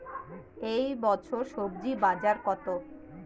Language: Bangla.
এ বছর স্বজি বাজার কত?